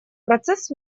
процесс